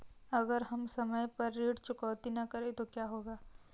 अगर हम समय पर ऋण चुकौती न करें तो क्या होगा?